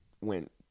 went